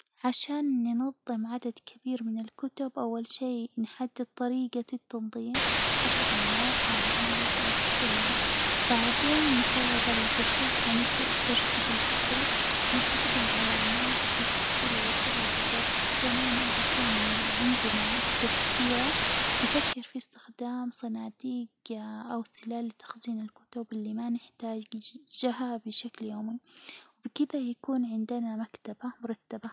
عشان ننظم عدد كبير من الكتب، أول شي نحدد طريجة التنظيم حسب النوع، المؤلف، أو حتى اللون، بعدين نفرغ الرفوف ونبدأ بترتيب الكتب، نستخدم علامات لتسهيل الوصول للكتب، كمان إذا كان عندنا كتب كثيرة نفكر في استخدام صناديق أو سلال لتخزين الكتب اللي ما نحتاجها بشكل يومي، وبكذا، يكون عندنا مكتبة مرتبة.